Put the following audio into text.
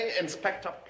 inspector